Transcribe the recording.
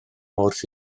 wrth